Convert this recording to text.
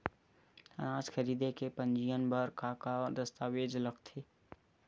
अनाज खरीदे के पंजीयन बर का का दस्तावेज लगथे?